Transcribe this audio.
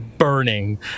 burning